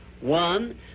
one